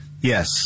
Yes